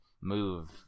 move